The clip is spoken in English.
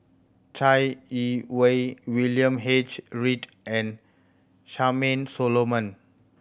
Chai Yee Wei William H Read and Charmaine Solomon